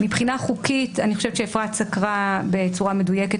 מבחינה חוקית אפרת היועצת המשפטית סקרה בצורה מדויקת